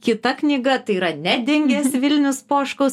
kita knyga tai yra nedingęs vilnius poškaus